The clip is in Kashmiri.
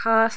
خاص